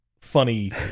funny